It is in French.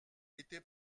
étaient